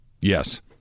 yes